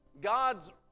God's